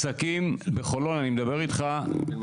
העסקים בחולון -- יש לך רעיון איך עושים את זה?